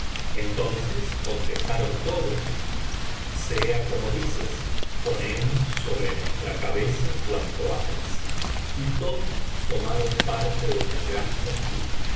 entonces contestaron tocios sea como dices ponemos sobre nuestra cabeza cuanto hagas y todos tomaron parte en el gran